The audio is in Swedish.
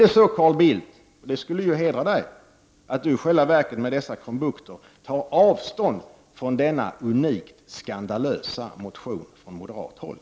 Det skulle hedra Carl Bildt att han med dessa krumbukter i själva verket tar avstånd från denna unikt skandalösa motion från moderaterna.